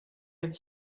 have